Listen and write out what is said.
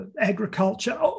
agriculture